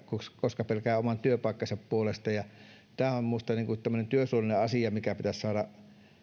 koska pelkäävät oman työpaikkansa puolesta tämä on minusta tämmöinen työsuojelullinen asia mikä pitäisi saada